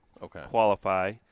qualify